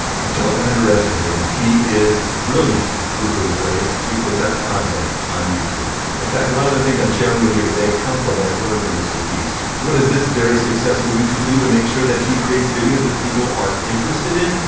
don't underestimate him, he is brilliant with the way he puts out content on youtube. in fact, a lot of the things i'm sharing with you today, come from what i've learned from mr. beast. what does this very successful youtuber do to make sure that he creates videos that people are interested in,